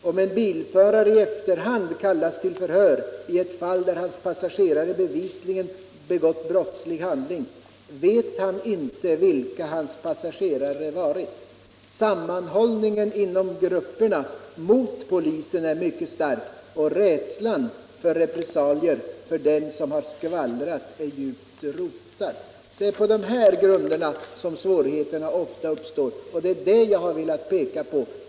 Om en bilförare i efterhand kallas till förhör i ett fall där hans passagerare bevisligen begått brottslig hand ling, vet han inte vilka hans passagerare varit. Sammanhållningen inom grupperna mot polisen är mycket stark och rädslan för repressalier för den som ”skvallrat” är djupt rotad.” Det är på de här grunderna som svårigheterna ofta uppstår och det har jag velat peka på.